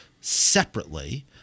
separately